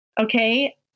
Okay